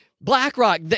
BlackRock